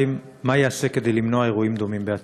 2. מה ייעשה כדי למנוע אירועים דומים בעתיד?